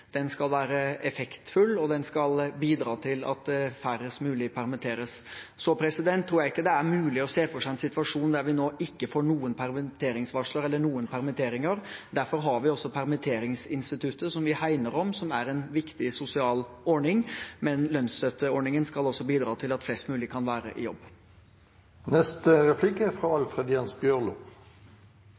Den skal være effektfull, og den skal bidra til at færrest mulig permitteres. Jeg tror ikke det er mulig å se for seg en situasjon der vi nå ikke får noen permitteringsvarsler eller noen permitteringer. Derfor har vi også permitteringsinstituttet, som vi hegner om, og som er en viktig sosial ordning, men lønnsstøtteordningen skal også bidra til at flest mulig kan være i